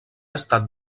estat